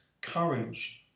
courage